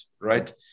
right